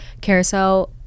Carousel